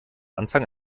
anfang